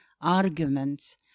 arguments